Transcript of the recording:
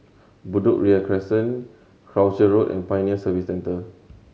Bedok Ria Crescent Croucher Road and Pioneer Service Centre